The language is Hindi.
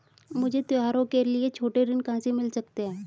मुझे त्योहारों के लिए छोटे ऋण कहां से मिल सकते हैं?